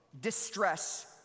distress